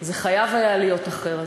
זה חייב היה להיות אחרת.